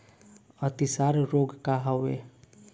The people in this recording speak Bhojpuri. अतिसार रोग का होखे?